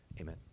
Amen